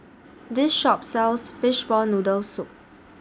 This Shop sells Fishball Noodle Soup